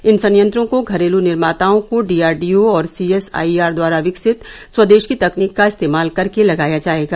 इन संयंत्रों को घरेलू निर्माताओं को डी आर डी ओ और सीएसआईआर द्वारा विकसित स्वदेशी तकनीक का इस्तेमाल करके लगाया जाएगा